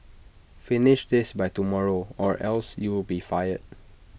finish this by tomorrow or else you'll be fired